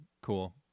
Cool